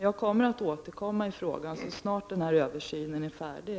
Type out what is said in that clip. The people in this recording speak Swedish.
Jag kommer att återkomma i frågan så snart översynen är färdig.